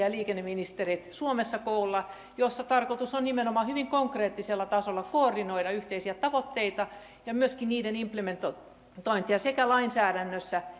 ja liikenneministerit suomessa koolla jossa tarkoitus on nimenomaan hyvin konkreettisella tasolla koordinoida yhteisiä tavoitteita ja myöskin niiden implementointia sekä lainsäädännössä